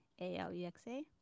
A-L-E-X-A